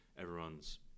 everyone's